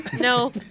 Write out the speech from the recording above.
no